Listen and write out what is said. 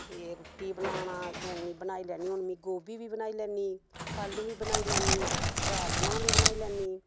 एह् रुट्टी बनाना सोमी बनाई लैनी होनी गोभी बी बनाई लैनी आलू बी बनाई लैनी राजमांह् बी बनाई लैनी